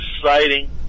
exciting